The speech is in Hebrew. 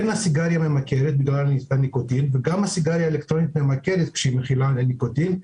הסיגריה האלקטרונית ממכרת כשהיא מכילה ניקוטין,